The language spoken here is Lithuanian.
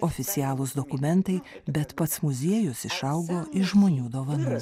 oficialūs dokumentai bet pats muziejus išaugo iš žmonių dovanų